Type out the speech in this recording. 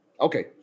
Okay